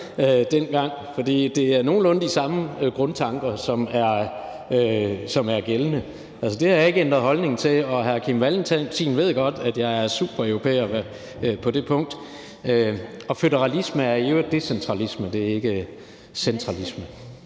dengang, fordi det er nogenlunde de samme grundtanker, som er gældende. Det har jeg ikke ændret holdning til, og hr. Kim Valentin ved godt, at jeg er supereuropæer på det punkt, og føderalisme er i øvrigt decentralisme; det er ikke centralisme.